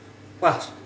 !wah!